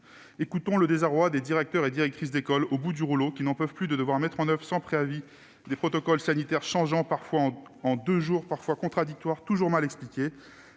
Écoutons le désarroi des directeurs et directrices d'école au bout du rouleau, qui n'en peuvent plus de devoir mettre en oeuvre sans préavis des protocoles sanitaires qui changent parfois au bout de deux jours, qui sont quelquefois contradictoires et toujours mal expliqués.